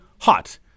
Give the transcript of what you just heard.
hot